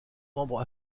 membre